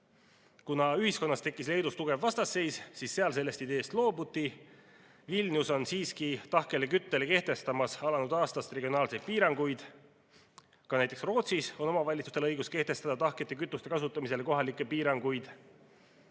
Leedu ühiskonnas tekkis tugev vastuseis, siis seal sellest ideest loobuti. Vilnius on siiski tahkele kütusele kehtestamas alanud aastast regionaalseid piiranguid. Ka näiteks Rootsis on omavalitsustel õigus kehtestada tahkete kütuste kasutamisele kohalikke piiranguid.